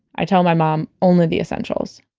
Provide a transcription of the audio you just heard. i tell my mom only the essentials